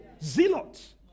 Zealots